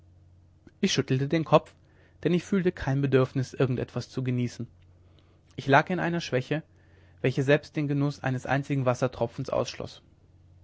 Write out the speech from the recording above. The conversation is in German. ich schüttelte den kopf denn ich fühlte kein bedürfnis irgend etwas zu genießen ich lag in einer schwäche welche selbst den genuß eines einzigen wassertropfens ausschloß